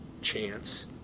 chance